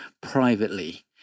privately